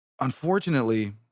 Unfortunately